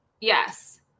Yes